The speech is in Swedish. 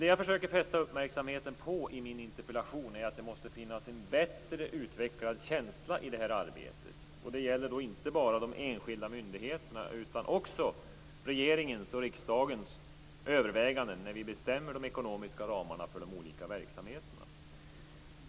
Det jag försöker fästa uppmärksamheten på i min interpellation är att det måste finnas en bättre utvecklad känsla i det arbetet. Det gäller då inte bara de enskilda myndigheterna utan också regeringens och riksdagens överväganden när de bestämmer de ekonomiska ramarna för de olika verksamheterna.